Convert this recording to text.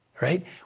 right